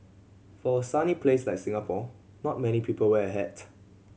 for a sunny place like Singapore not many people wear a hat